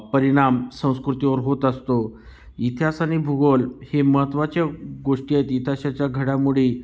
परिणाम संस्कृतीवर होत असतो इतिहास आणि भूगोल हे महत्त्वाच्या गोष्टी आहेत इतिहासाच्या घडामोडी